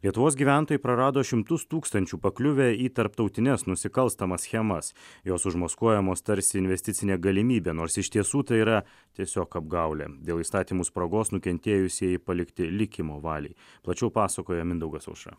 lietuvos gyventojai prarado šimtus tūkstančių pakliuvę į tarptautines nusikalstamas schemas jos užmaskuojamos tarsi investicinė galimybė nors iš tiesų tai yra tiesiog apgaulė dėl įstatymų spragos nukentėjusieji palikti likimo valiai plačiau pasakoja mindaugas aušra